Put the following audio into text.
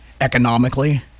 economically